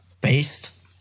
based